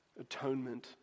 atonement